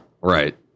Right